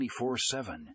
24-7